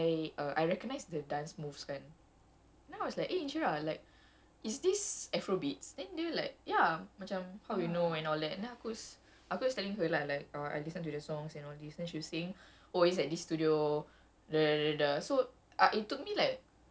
like middle of last year or something so I always like holy shit like how I know I I I uh I recognize the dance moves kan then I was like !hey! insyirah like is this afrobeat standard like ya macam how you know and all that then aku aku was telling her lah that I listen to the songs and all this